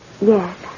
Yes